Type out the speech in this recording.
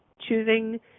choosing